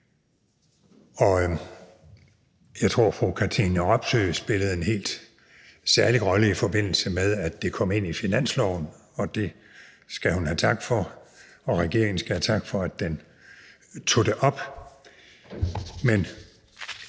Og jeg tror, fru Katrine Robsøe spillede en helt særlig rolle, i forbindelse med at det kom ind i finansloven, og det skal hun have tak for, og regeringen skal have tak for, at den tog det op.